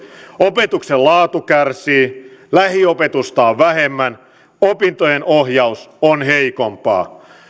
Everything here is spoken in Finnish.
opetuksen laatu kärsii lähiopetusta on vähemmän opintojen ohjaus on heikompaa